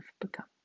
become